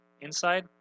inside